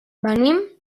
venim